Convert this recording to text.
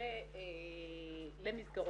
של חודשים